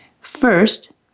First